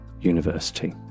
University